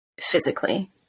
physically